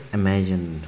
imagine